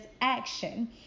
action